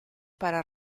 para